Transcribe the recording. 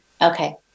Okay